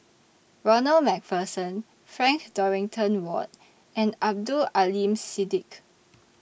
Ronald MacPherson Frank Dorrington Ward and Abdul Aleem Siddique